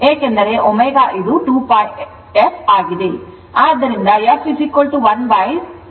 ಆದ್ದರಿಂದ f 12 pi √ LC ಆಗಿರುತ್ತದೆ